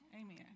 Amen